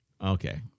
Okay